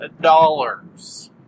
dollars